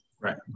Right